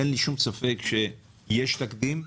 אין לי שום ספק שיש תקדים,